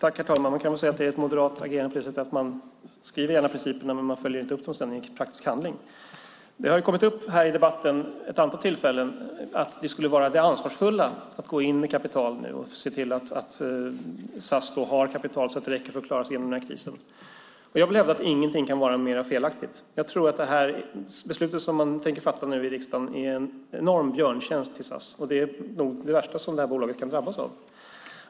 Herr talman! Vi kan väl säga att det är ett moderat agerande på det sättet att man skriver ned alla principerna, men man följer inte upp dem i praktisk handling. Det har kommit upp här i debatten vid ett antal tillfällen att det ansvarsfulla skulle vara att gå in med kapital nu och se till att SAS har kapital så att det räcker för att klara sig igenom den här krisen. Jag vill hävda att ingenting kan vara mer felaktigt. Jag tror att det beslut som man tänker fatta nu i riksdagen är en enorm björntjänst för SAS. Det är nog det värsta som det här bolaget kan drabbas av.